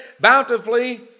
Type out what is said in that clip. bountifully